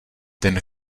ten